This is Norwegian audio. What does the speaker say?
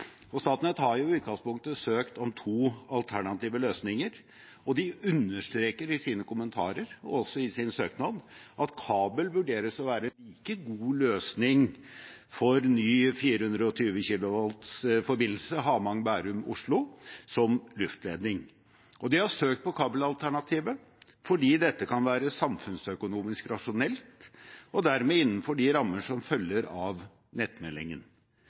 Statnett har i utgangspunktet søkt om to alternative løsninger, og de understreker i sine kommentarer, og også i sin søknad, at kabel vurderes å være en like god løsning for ny 420 kV-forbindelse mellom Hamang i Bærum og Oslo som luftledning. De har søkt på kabelalternativet fordi dette kan være samfunnsøkonomisk rasjonelt og dermed innenfor de rammer som følger av nettmeldingen.